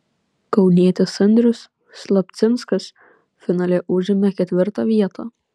kaunietis andrius slapcinskas finale užėmė ketvirtą vietą